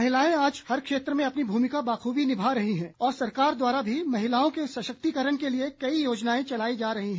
महिलाएं आज हर क्षेत्र में अपनी भूमिका बाखूबी निभा रही हैं और सरकार द्वारा भी महिलाओं के सशक्तिकरण के लिए कई योजनाएं चलाई जा रही है